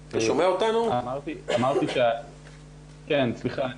כך הגענו עד הלום אבל כפי שציין